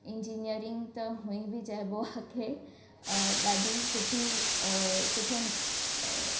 engineering त हूअं बि चयबो आहे की अ ॾाढी सुठी अ सुठो